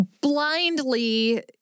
blindly